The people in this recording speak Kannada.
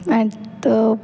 ಮತ್ತು